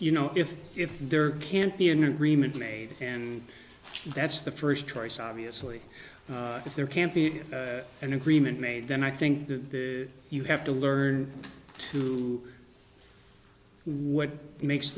you know if if there can't be an agreement made and that's the first choice obviously if there can't be an agreement made then i think that you have to learn to what makes